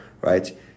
right